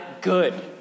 good